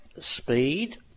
speed